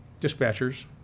dispatchers